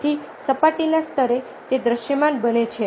તેથી સપાટીના સ્તરે તે દૃશ્યમાન બને છે